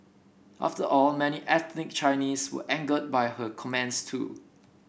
after all many ethnic Chinese were angered by her comments too